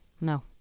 no